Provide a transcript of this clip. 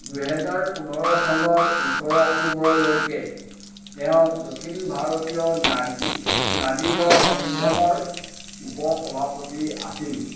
দুহেজাৰ পোন্ধৰ চনৰ ওঠৰ অক্টোবৰলৈকে তেওঁ দক্ষিণ ভাৰতীয় নাগি নাদিগৰ সংগমৰ উপ সভাপতি আছিল